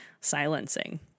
silencing